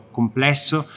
complesso